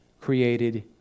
created